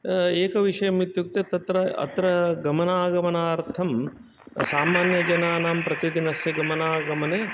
एकविषयम् इत्युक्ते तत्र अत्र गमनागमनार्थं सामान्यजनानां प्रतिदिनस्य गमनागमने